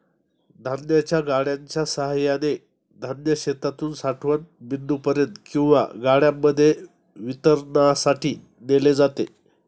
धान्याच्या गाड्यांच्या सहाय्याने धान्य शेतातून साठवण बिंदूपर्यंत किंवा गाड्यांमध्ये वितरणासाठी नेले जाते